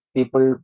People